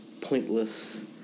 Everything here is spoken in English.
pointless